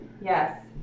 Yes